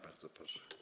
Bardzo proszę.